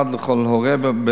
אחד לכל הורה,